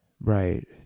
Right